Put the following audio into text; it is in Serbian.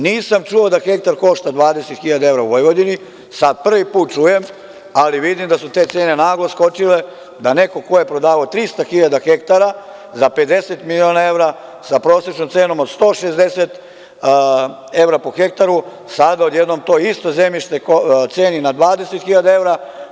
Nisam čuo da hektar košta 20.000 evra u Vojvodini, sad prvi put čujem, ali vidim da su te cene naglo skočile, da neko ko je prodavao trista hiljada hektara za 50 miliona eura, sa prosečnom cenom od 160 evra po hektaru, sada odjednom to isto zemljište ceni na 20.000 eura.